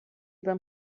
beim